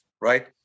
right